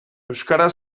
euskara